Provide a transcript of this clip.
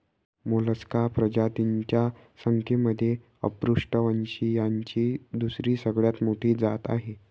Mollusca प्रजातींच्या संख्येमध्ये अपृष्ठवंशीयांची दुसरी सगळ्यात मोठी जात आहे